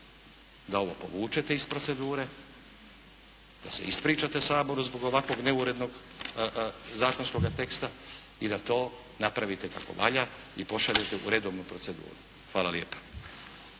da ovo povučete iz procedure, da se ispričate Saboru zbog ovakvog neurednog zakonskoga teksta i da to napravite kako valja i pošaljete u redovnu proceduru. Hvala lijepa.